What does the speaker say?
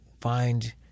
Find